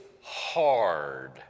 hard